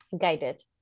guided